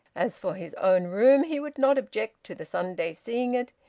as for his own room, he would not object to the sunday seeing it.